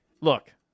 Look